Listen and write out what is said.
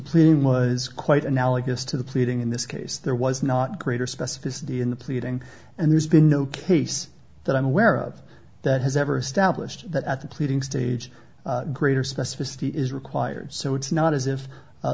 pleading was quite analogous to the pleading in this case there was not greater specificity in the pleading and there's been no case that i'm aware of that has ever stablished that at the pleading stage greater specificity is required so it's not as if